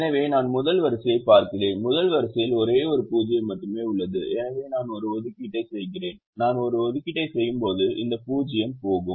எனவே நான் முதல் வரிசையைப் பார்க்கிறேன் முதல் வரிசையில் ஒரே ஒரு 0 மட்டுமே உள்ளது எனவே நான் ஒரு ஒதுக்கீட்டை செய்கிறேன் நான் ஒரு ஒதுக்கீட்டை செய்யும்போது இந்த 0 போகும்